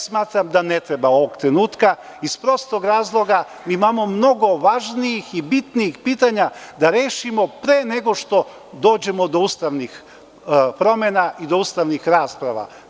Smatram da ne treba ovog trenutka iz prostog razloga, imamo mnogo važnijih i bitnijih pitanja da rešimo pre nego što dođemo do ustavni promena i do ustavnih rasprava.